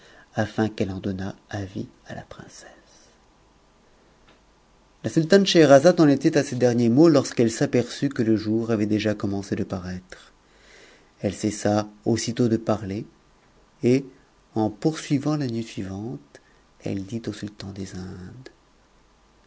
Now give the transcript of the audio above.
afin qu'elle en donnât avis a h princesse la sultane scheherazade en était à ces derniers mots torsqu'etic s'aperçut que le jour avait déjà commencé de paraître elle cessa hus sitôt de parler et en poursuivant la nuit suivante elle dit au su des indes